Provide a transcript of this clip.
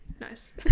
nice